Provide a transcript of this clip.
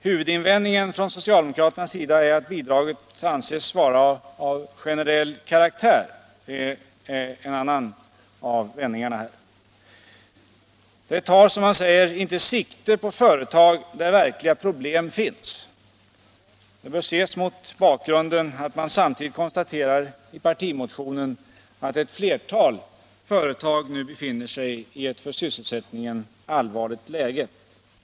Huvudinvändningen från socialdemokraternas sida är att bidraget anses vara av generell karaktär. Det tar, som man säger, inte sikte på företag där verkliga problem finns. Det bör ses mot bakgrunden av att man samtidigt konstaterar i partimotionen att ett flertal företag nu befinner sig i ett för sysselsättningen allvarligt läge.